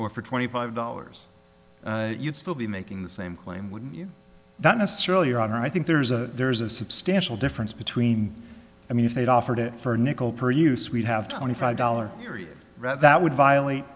or for twenty five dollars you'd still be making the same claim wouldn't you that necessarily your honor i think there's a there's a substantial difference between i mean if they'd offered it for a nickel per use we'd have twenty five dollars you're right that would violate